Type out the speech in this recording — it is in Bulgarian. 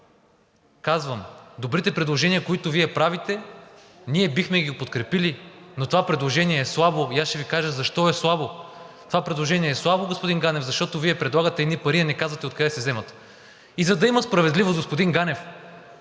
казвам – добрите предложения, които Вие правите, ние бихме ги подкрепили, но това предложение е слабо и ще Ви кажа защо е слабо. Това предложение е слабо, господин Ганев, защото Вие предлагате едни пари, а не казвате откъде да се вземат. За да има справедливост, господин Ганев,